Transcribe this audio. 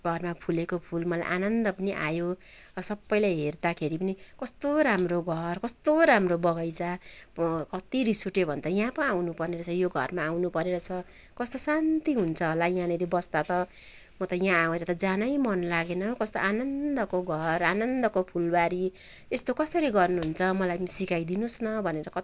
घरमा फुलेको फुल मलाई आनन्द पनि आयो सबैले हेर्दाखेरि पनि कस्तो राम्रो घर कस्तो राम्रो बगैँचा अब कति रिस उठ्यो भने त यहाँ पो आउनु पर्ने रहेछ यो घरमा आउनुपर्ने रहेछ कस्तो शान्ति हुन्छ होला यहाँनिर बस्दा त म त यहाँ आएर त जानै मन लागेन कस्तो आनन्दको घर आनन्दको फुलबारी यस्तो कसरी गर्नुहुन्छ मलाई पनि सिकाइदिनुहोस् न भनेर कति